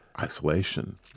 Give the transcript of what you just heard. isolation